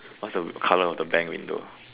what's your color of the bang window